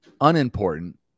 unimportant